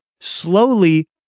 slowly